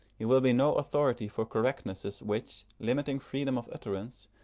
he will be no authority for correctnesses which, limiting freedom of utterance,